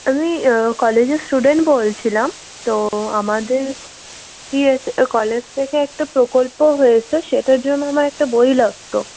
আমি কলেজের স্টুডেন্ট বলছিলাম তো আমাদের ইয়ে কলেজ থেকে একটা প্রকল্প হয়েছে সেটার জন্য আমার একটা বই লাগতো